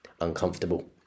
uncomfortable